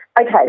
Okay